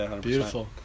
beautiful